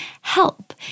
help